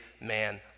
man